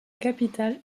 capitale